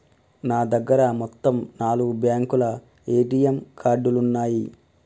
నా దగ్గర మొత్తం నాలుగు బ్యేంకుల ఏటీఎం కార్డులున్నయ్యి